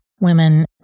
women